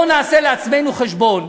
בואו נעשה לעצמנו חשבון: